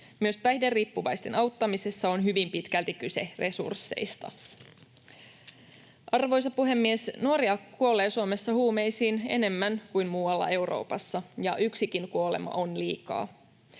Myös päihderiippuvaisten auttamisessa on hyvin pitkälti kyse resursseista. Arvoisa puhemies! Nuoria kuolee Suomessa huumeisiin enemmän kuin muualla Euroopassa, ja yksikin kuolema on liikaa.